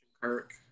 Kirk